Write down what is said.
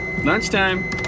Lunchtime